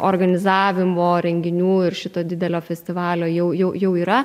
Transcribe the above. organizavimo renginių ir šito didelio festivalio jau jau jau yra